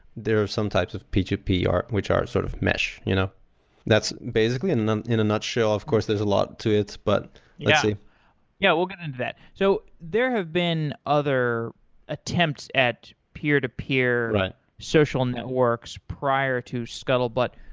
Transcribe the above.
there are some types of p two p which are sort of mesh. you know that's basically in and um in a nutshell. of course, there's a lot to it. but yeah yeah, we'll get into that. so there have been other attempts at peer-to-peer social networks prior to scuttlebutt.